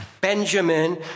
Benjamin